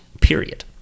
period